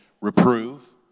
Reprove